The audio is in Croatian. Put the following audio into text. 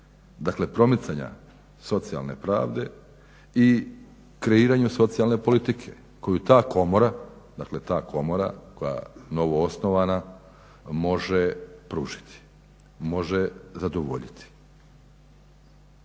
dakle promicanja socijalne prave i kreiranju socijalne politike koju ta komora, dakle ta komora koja, novoosnovana može pružiti, može zadovoljiti.